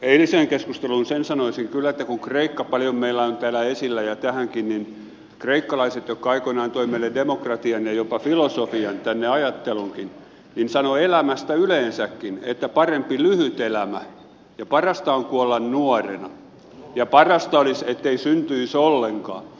eiliseen keskusteluun sen sanoisin kyllä ja tähänkin että kun kreikka on paljon meillä täällä esillä niin kreikkalaiset jotka aikoinaan toivat meille demokratian ja jopa filosofian tänne ajatteluunkin sanoivat elämästä yleensäkin että parempi lyhyt elämä ja parasta on kuolla nuorena ja parasta olisi ettei syntyisi ollenkaan